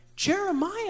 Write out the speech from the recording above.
Jeremiah